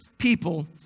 people